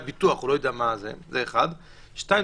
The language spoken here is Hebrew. שתיים,